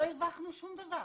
ואז לא הרווחנו שום דבר.